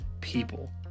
people